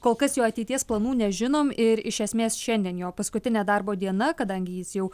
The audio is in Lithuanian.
kol kas jo ateities planų nežinom ir iš esmės šiandien jo paskutinė darbo diena kadangi jis jau